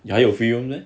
还有 free [one] meh